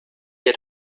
had